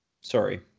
sorry